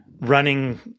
running